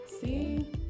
see